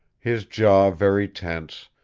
his jaw very tense,